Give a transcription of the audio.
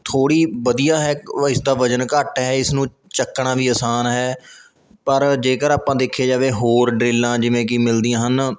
ਥੋੜ੍ਹੀ ਵਧੀਆ ਹੈ ਇਸਦਾ ਵਜ਼ਨ ਘੱਟ ਹੈ ਇਸਨੂੰ ਚੱਕਣਾ ਵੀ ਆਸਾਨ ਹੈ ਪਰ ਜੇਕਰ ਆਪਾਂ ਦੇਖਿਆ ਜਾਵੇ ਹੋਰ ਡਰਿੱਲਾਂ ਜਿਵੇਂ ਕਿ ਮਿਲਦੀਆਂ ਹਨ